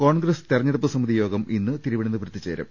കോൺഗ്രസ് തെരഞ്ഞെടുപ്പ് സമിതി യോഗം ഇന്ന് തിരുവനന്ത പുരത്ത് ചേരും